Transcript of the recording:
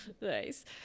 Nice